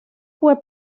fue